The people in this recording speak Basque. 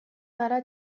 gara